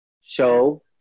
show